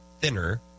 thinner